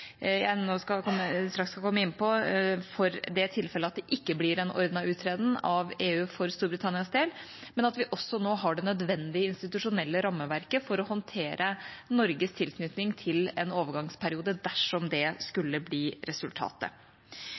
jeg nå straks skal komme inn på, at det ikke blir en ordnet uttreden av EU for Storbritannias del, og at vi også har det nødvendige institusjonelle rammeverket for å håndtere Norges tilknytning til en overgangsperiode, dersom det skulle bli resultatet.